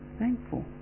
thankful